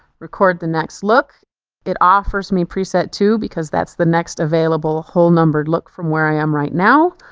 record the next look it offers me preset two because that's the next available whole number look from where i am right now.